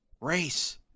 Race